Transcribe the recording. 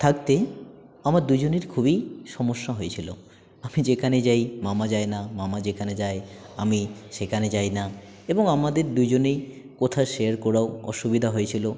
থাকতে আমার দুজনের খুবই সমস্যা হয়েছিল আমি যেখানে যাই মামা যায় না মামা যেখানে যায় আমি সেখানে যাই না এবং আমাদের দুজনেই কথা শেয়ার করাও অসুবিধা হয়েছিল